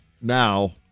now